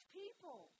people